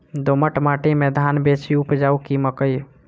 दोमट माटि मे धान बेसी उपजाउ की मकई?